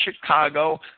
Chicago